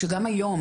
שגם היום,